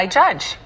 judge